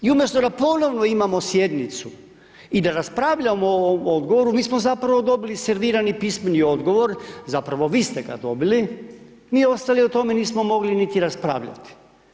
I umjesto da ponovno imamo sjednicu i da raspravljamo o ovom odgovoru, mi smo zapravo dobili servirani pismeni odgovor, zapravo vi ste ga dobili, mi ostali o tome nismo mogli niti raspravljati.